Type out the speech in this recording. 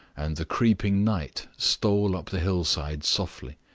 and the creeping night stole up the hillsides softly.